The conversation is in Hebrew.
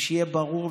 שיהיה ברור,